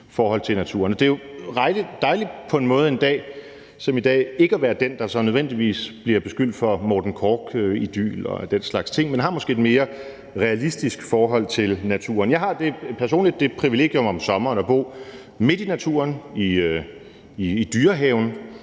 forhold til naturen. Det er jo på en måde dejligt en dag som i dag ikke at være den, der så nødvendigvis bliver beskyldt for Morten Korch-idyl og den slags ting, men måske har et mere realistisk forhold til naturen. Jeg har personligt det privilegium om sommeren at bo midt i naturen i Dyrehaven,